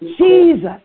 Jesus